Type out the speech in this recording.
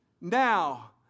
now